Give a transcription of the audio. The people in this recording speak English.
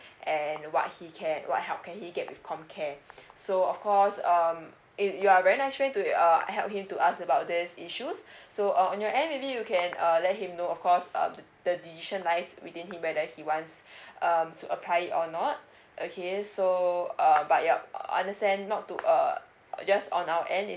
and what he can what help can he get with com care so of course um if you are very nice very good uh help him to ask about this issues so uh on your end maybe you can uh let him know of course um the decision wise within the whether he wants um to apply it or not okay so uh but yup understand not to err just on our end it